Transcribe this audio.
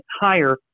higher